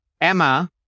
Emma